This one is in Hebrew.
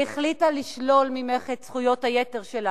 והחליטה לשלול ממך את זכויות היתר שלך.